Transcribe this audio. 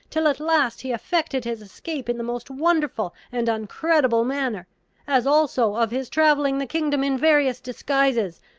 till at last he effected his escape in the most wonderful and uncredible manner as also of his travelling the kingdom in various disguises,